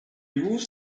rules